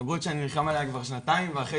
בגרות שאני נלחם עליה כבר שנתיים ואחרי